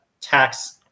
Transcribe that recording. tax